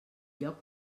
lloc